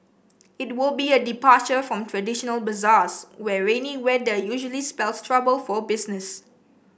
it will be a departure from traditional bazaars where rainy weather usually spells trouble for business